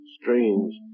Strange